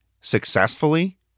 successfully